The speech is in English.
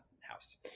house